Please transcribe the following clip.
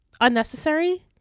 unnecessary